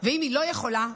ואם היא לא יכולה,